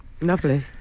Lovely